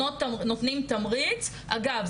נותנים תמריץ אגב,